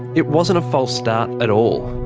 it wasn't a false start at all.